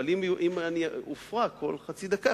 אבל אם אני אופרע כל חצי דקה,